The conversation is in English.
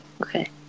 Okay